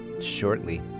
shortly